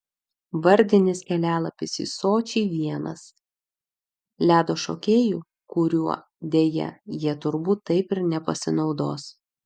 vardinis kelialapis į sočį vienas ledo šokėjų kuriuo deja jie turbūt taip ir nepasinaudos